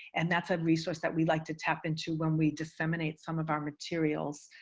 and that's a resource that we like to tap into when we disseminate some of our materials.